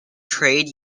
trade